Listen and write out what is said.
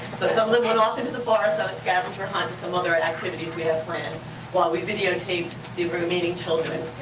so some of them went off into the forest on a scavenger hunt and some other and activities we had planned while we videotaped the remaining children.